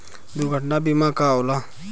दुर्घटना बीमा का होला?